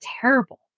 terrible